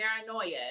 paranoia